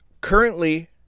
currently